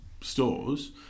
stores